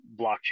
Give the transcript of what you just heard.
blockchain